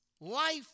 Life